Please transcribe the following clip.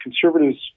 Conservatives